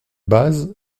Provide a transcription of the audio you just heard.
base